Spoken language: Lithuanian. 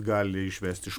gali išvesti iš